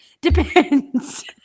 Depends